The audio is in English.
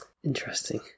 interesting